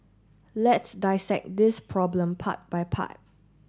let's dissect this problem part by part